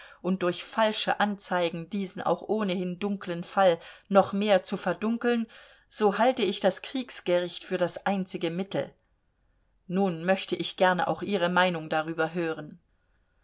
und durch falsche anzeigen diesen auch ohnehin dunklen fall noch mehr zu verdunkeln so halte ich das kriegsgericht für das einzige mittel nun möchte ich gerne auch ihre meinung darüber hören